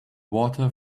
water